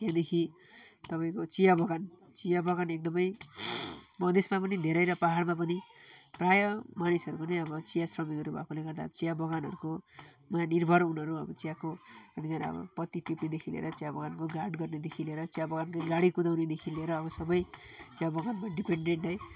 त्यहाँदेखि तपाईँको चिया बगान चिया बगान एकदमै मधेसमा पनि धेरै र पाहाडमा पनि प्रायः मानिसहरू नै अब चिया श्रमिकहरू भएकोले गर्दा चिया बगानहरूको निर्भर उनीहरू अब चियाको पत्ती टिप्नेदेखि लिएर चिया बगानको गार्ड गर्नेदेखि लिएर चिया बगानकै गाडी कुदाउनेदेखि लिएर अब सबै चिया बगानमा डिपेन्डेन्ट है